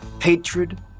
Hatred